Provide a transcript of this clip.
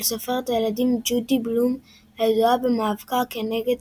סופרת הילדים ג'ודי בלום הידועה במאבקה כנגד